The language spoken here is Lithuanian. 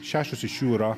šešios iš jų yra